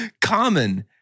Common